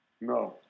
No